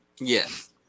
Yes